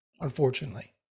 unfortunately